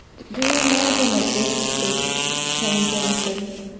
do you imagine that this is changing this